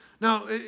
Now